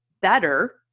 better